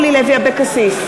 נגד אורלי לוי אבקסיס,